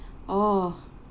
oh